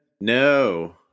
no